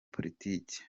politiki